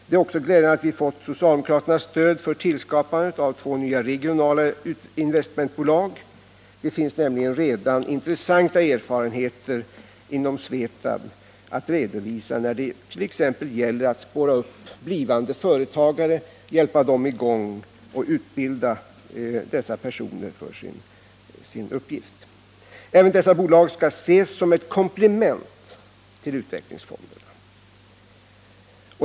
Det är också glädjande att vi fått socialdemokraternas stöd för tillskapandet av två nya regionala investmentbolag. Det finns nämligen redan intressanta erfarenheter att redovisa inom Svetab när det t.ex. gäller att spåra upp blivande företagare, hjälpa dem i gång och utbilda dessa personer för deras uppgift. Även dessa bolag skall ses som ett komplement till utvecklingsfonderna.